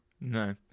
No